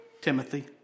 Timothy